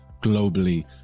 globally